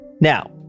Now